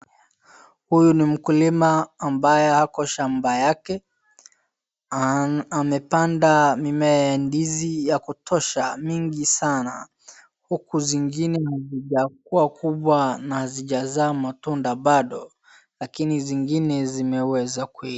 Huyu ni mkulima ambaye ako shamba yake, amepanda mimea ya ndizi ya kutosha, mingi sana huku zingine hazijakuwa kubwa na hazijazaa matunda bado lakini zingine zimeweza.